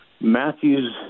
Matthews